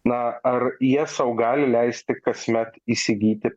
na ar jie sau gali leisti kasmet įsigyti